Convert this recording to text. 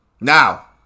Now